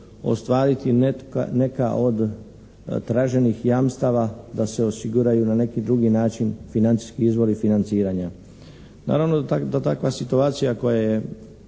ostvariti neka od traženih jamstava da se osiguraju na neki drugi način financijski izvori i financiranja. Naravno da takva situacija koja je